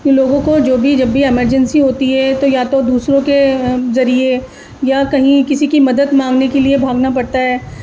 لوگوں کو جو بھی جب بھی ایمرجنسی ہوتی ہے تو یا تو دوسروں کے ذریعے یا کہیں کسی کی مدد مانگنے کے لیے بھاگنا پڑتا ہے